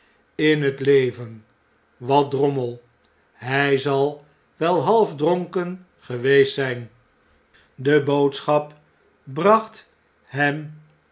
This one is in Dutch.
in t leven wat drommel hjj zal wel halfdronken geweest zfln de boodschap bracht hem